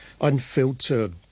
unfiltered